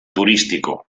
turístico